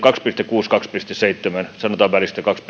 kaksi pilkku kuusi viiva kaksi pilkku seitsemän sanotaan välistä kaksi